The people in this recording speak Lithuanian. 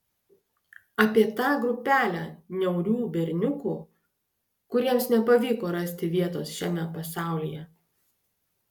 apie tą grupelę niaurių berniukų kuriems nepavyko rasti vietos šiame pasaulyje